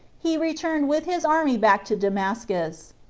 he returned with his army back to damascus.